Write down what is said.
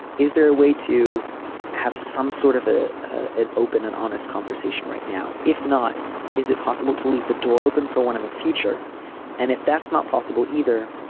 is there a way to have some sort of ah an open and honest conversation right now. if not is it possible to leave the door open for one in the future and if that's not possible either.